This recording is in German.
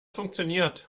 funktioniert